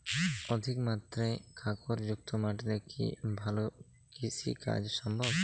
অধিকমাত্রায় কাঁকরযুক্ত মাটিতে কি ভালো কৃষিকাজ সম্ভব?